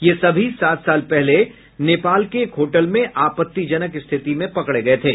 ये सभी सात साल पहले नेपाल के एक होटल में आपत्तिजनक स्थिति में पकड़े गये थे